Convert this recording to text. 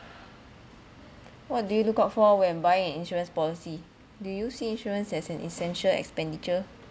what do you look out for when buying an insurance policy do you see insurance as an essential expenditure